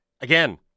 again